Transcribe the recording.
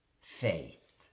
faith